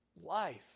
life